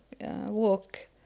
walk